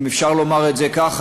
אם אפשר לומר את זה ככה,